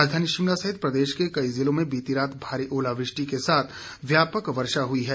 राजधानी शिमला सहित प्रदेश के कई जिलों में बीती रात भारी ओलावृष्टि के साथ व्यापक वर्षा हुई है